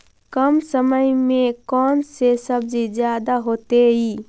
कम समय में कौन से सब्जी ज्यादा होतेई?